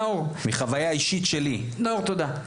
נאור, תודה.